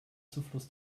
zufluss